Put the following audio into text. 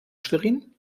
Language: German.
schwerin